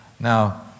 Now